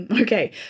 Okay